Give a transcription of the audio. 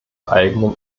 eigenen